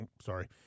Sorry